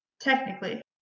Technically